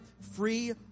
free